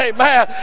Amen